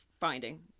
finding